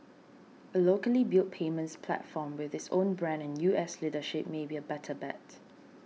a locally built payments platform with its own brand and U S leadership may be a better bet